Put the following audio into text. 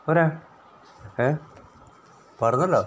പോരെ പറഞ്ഞല്ലോ